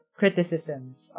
criticisms